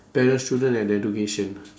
parents children and education